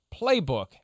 playbook